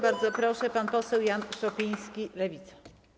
Bardzo proszę, pan poseł Jan Szopiński, Lewica.